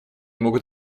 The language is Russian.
могут